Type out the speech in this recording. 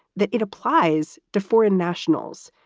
that it applies to foreign nationals,